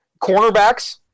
cornerbacks